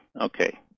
Okay